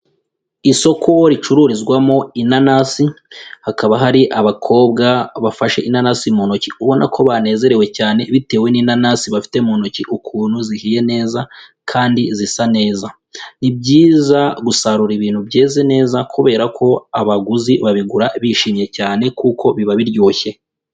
Isoko ricururizwamo inanasi, hakaba hari abakobwa bafashe inanasi mu ntoki ubona ko banezerewe cyane bitewe n'inanasi bafite mu ntoki ukuntu zihiye neza, kandi zisa neza. Ni byiza gusarura ibintu byeze neza, kubera ko abaguzi babigura bishimye cyane kuko biba biryoshye.